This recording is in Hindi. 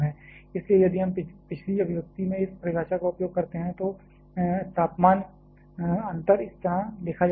इसलिए यदि हम पिछली अभिव्यक्ति में इस परिभाषा का उपयोग करते हैं तो तापमान अंतर इस तरह लिखा जा सकता है